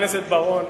חבר הכנסת בר-און,